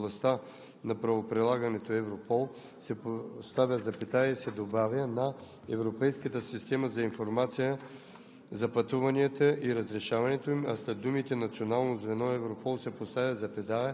съюз за сътрудничество в областта на правоприлагането (Европол)“ се поставя запетая и се добавя „на Европейската система за информация